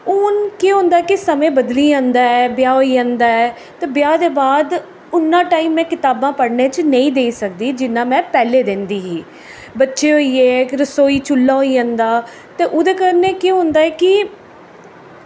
हून केह् होंदा ऐ कि समें बदली जंदा ऐ ब्याह् होई जंदा ऐ ते ब्याह् दे बाद उन्ना टाइम में कताबां पढ़ने च नेईं देई सकदी जिन्नां में पैह्लें दिंदी ही बच्चे होई गे इक रसोई चुल्ला होई जंदा ते ओह्दे कन्नै केह् होंदा ऐ कि